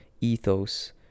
ethos